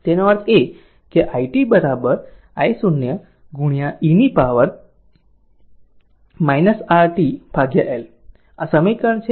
તેનો અર્થ એ કે i t I0 e power R t L આ સમીકરણ છે 6